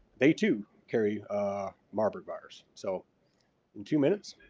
they too carry marburg virus. so in two minutes,